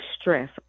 stress